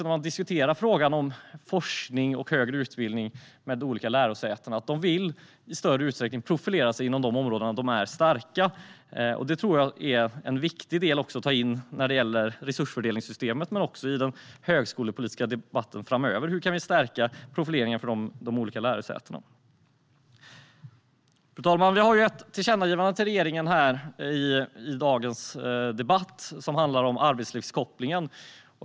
När man diskuterar frågan om forskning och högre utbildning med olika lärosäten ser man att de i större utsträckning vill profilera sig inom de områden de är starka. Det tror jag är en viktig del att ta in när det gäller resursfördelningssystemet men också i den högskolepolitiska debatten framöver. Hur kan vi stärka profileringen för de olika lärosätena? Fru talman! Vi har ett tillkännagivande till regeringen i dagens debatt som handlar om arbetslivskopplingen.